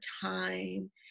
time